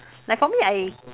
like for me I